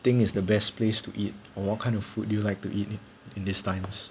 think is the best place to eat or what kind of food do you like to eat in these times